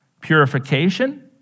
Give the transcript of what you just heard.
purification